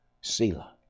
Selah